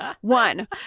one